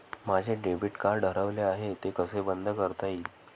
माझे debit card हरवले आहे ते कसे बंद करता येईल?